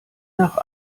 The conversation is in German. nach